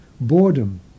boredom